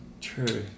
True